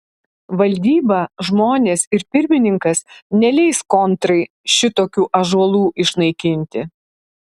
valdyba žmonės ir pirmininkas neleis kontrai šitokių ąžuolų išnaikinti